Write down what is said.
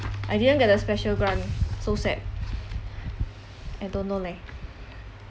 I didn't get the special grant so sad I don't know leh